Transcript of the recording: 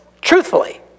Truthfully